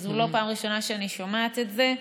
וזה לא פעם ראשונה שאני שומעת את זה.